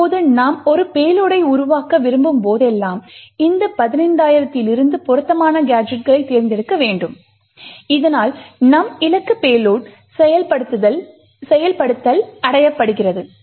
இப்போது நாம் ஒரு பேலோடை உருவாக்க விரும்பும் போதெல்லாம் இந்த 15000 இலிருந்து பொருத்தமான கேஜெட்களைத் தேர்ந்தெடுக்க வேண்டும் இதனால் நம் இலக்கு பேலோட் செயல்படுத்தல் அடையப்படுகிறது